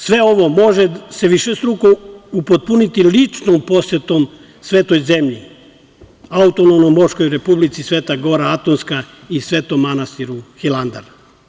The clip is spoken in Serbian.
Sve ovo se može višestruko upotpuniti ličnom posetom svetoj zemlji, autonomnoj monaškoj republici Sveta gora Atonska i Svetom manastiru Hilandar.